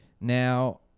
Now